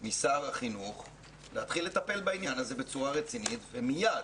משר החינוך להתחיל לטפל בעניין הזה בצורה רצינית ומייד,